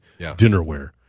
dinnerware